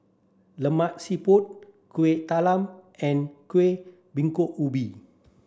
Lemak Siput Kueh Talam and Kuih Bingka Ubi